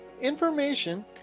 information